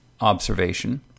observation